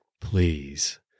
Please